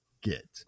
get